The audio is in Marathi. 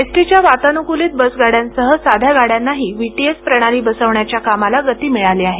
एसटीच्या वातानुकूलित बसगाड्यांसह साध्या गाड्यांनाही व्हिटीएस प्रणाली बसवण्याच्या कामाला गती मिळाली आहे